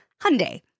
Hyundai